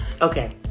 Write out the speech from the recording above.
Okay